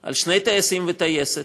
על שני טייסים וטייסת,